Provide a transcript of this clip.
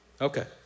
Okay